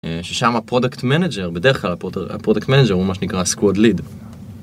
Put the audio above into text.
ששם הפרודקט מנג'ר, בדרך כלל הפרודקט מנג'ר הוא מה שנקרא הסקואד ליד.